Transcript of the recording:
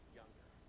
younger